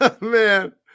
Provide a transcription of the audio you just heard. man